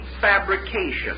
fabrication